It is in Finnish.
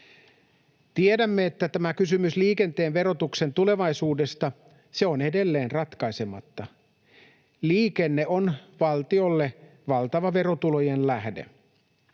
Tiedämme, että tämä kysymys liikenteen verotuksen tulevaisuudesta on edelleen ratkaisematta. Liikenne on valtiolle valtava verotulojen lähde.